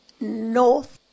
north